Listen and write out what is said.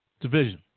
division